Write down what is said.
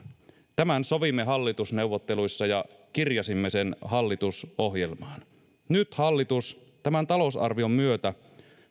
tämän sovimme hallitusneuvotteluissa ja kirjasimme hallitusohjelmaan nyt hallitus tämän talousarvion myötä